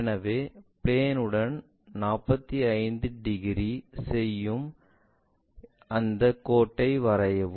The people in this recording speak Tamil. எனவே பிளேன் உடன் 45 டிகிரி செய்யும் அந்த கோட்டை வரையவும்